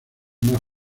más